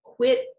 quit